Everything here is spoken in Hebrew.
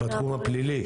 בתחום הפלילי.